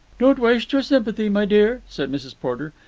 don't waste your sympathy, my dear, said mrs. porter.